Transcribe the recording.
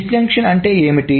disjunction అంటే ఏమిటి